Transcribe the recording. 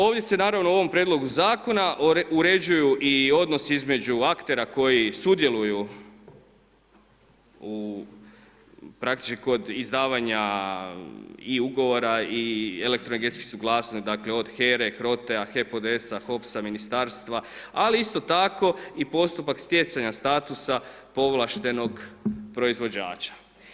Ovdje se naravno u ovom Prijedlogu zakona uređuju i odnosi između aktera koji sudjeluju u praktički kod izdavanja i ugovora i elektroenergetske suglasnosti dakle od HERE, HROTE-a, HEPODES-a, HOPS-a, ministarstva, ali isto tako i postupak stjecanja statusa povlaštenog proizvođača.